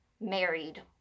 Married